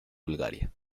bulgaria